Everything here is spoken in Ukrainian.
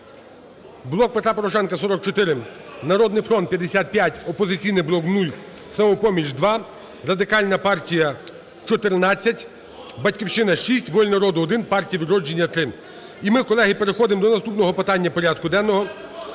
"Блок Петра Порошенка" – 44. "Народний фронт" – 55, "Опозиційний блок" – 0, "Самопоміч" – 2, Радикальна партія - 14 , "Батьківщина" – 6 "Воля народу" – 1, "Партія "Відродження" – 3. І ми, колеги, переходимо до наступного питання порядку денного.